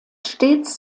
stets